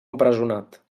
empresonat